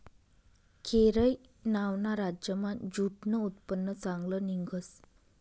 केरय नावना राज्यमा ज्यूटनं उत्पन्न चांगलं निंघस